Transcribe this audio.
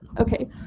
Okay